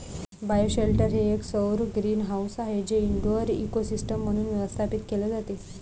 bioshelter हे एक सौर ग्रीनहाऊस आहे जे इनडोअर इकोसिस्टम म्हणून व्यवस्थापित केले जाते